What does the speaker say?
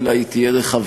אלא היא תהיה רחבה,